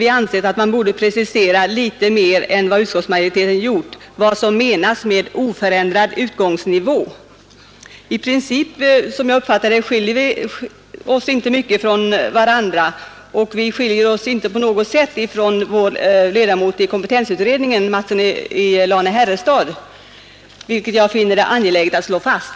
Vi har ansett att man beträffande dessa ämnen borde precisera litet mera än vad utskottsmajoriteten har gjort vad som menas med oförändrad utgångsnivå. Som jag uppfattat det skiljer vi oss i princip inte mycket från varandra, och vår uppfattning skiljer sig inte på något sätt från vad vår ledamot i kompetensutredningen, herr Mattsson i Lane-Herrestad, har ansett, vilket jag finner angeläget att slå fast.